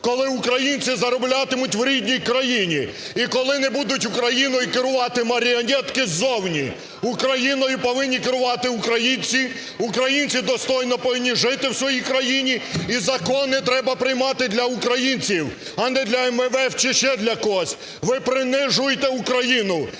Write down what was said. коли українці зароблятимуть в рідній країні і коли не будуть Україною керувати маріонетки ззовні. Україною повинні керувати українці! Українці достойно повинні жити в своїй країні і закони треба приймати для українців, а не для МВФ чи ще для когось! Ви принижуєте Україну!